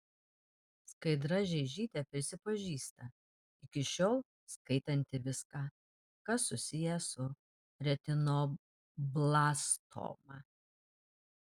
skaidra žeižytė prisipažįsta iki šiol skaitanti viską kas susiję su retinoblastoma